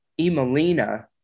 Emelina